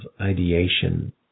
ideation